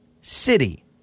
city